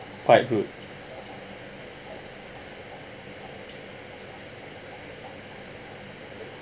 quite good